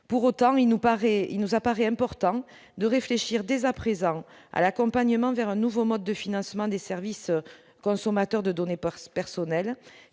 nous paraît il nous apparaît important de réfléchir désappris à l'accompagnement vers un nouveau mode de financement des services consommateurs de données par ce